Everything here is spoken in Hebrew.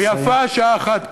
ויפה שעה אחת קודם.